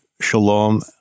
shalom